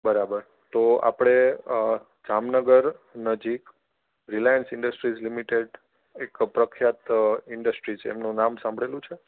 બરાબર તો આપણે જામનગર નજીક રિલાયન્સ ઇન્ડરસ્ટીજ લિમિટેડ એક પ્રખ્યાત ઇન્ડરસ્ટી છે એમનું નામ સાંભળેલું છે